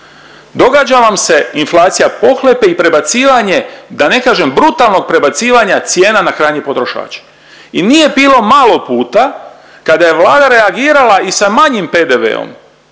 Događa vam se inflacija pohlepe i prebacivanje da ne kažem brutalnog prebacivanja cijena na krajnjeg potrošača. I nije bilo malo puta kada Vlada reagirala i sa manjim PDV-om